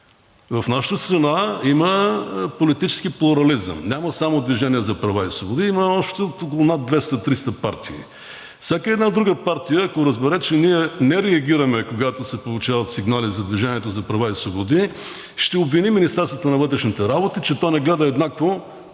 В нашата страна има политически плурализъм. Няма само „Движение за права и свободи“, има общо над 200 – 300 партии и всяка една друга партия, ако разбере, че ние не реагираме, когато се получават сигнали за „Движение за права и свободи“, ще обвини Министерството на вътрешните работи, че то не гледа еднакво